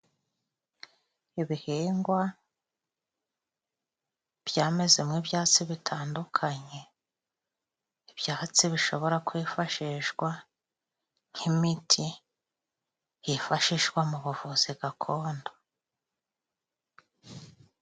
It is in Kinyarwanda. Ibihingwa byamezemo ibyatsi bitandukanye ibyatsi bishobora kwifashishwa nk'imiti hifashishwa mu buvuzi gakondo.